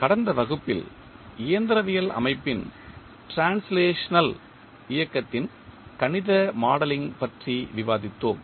கடந்த வகுப்பில் இயந்திரவியல் அமைப்பின் டிரான்ஸ்லேஷனல் இயக்கத்தின் கணித மாடலிங் பற்றி விவாதித்தோம்